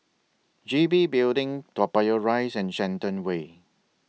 G B Building Toa Payoh Rise and Shenton Way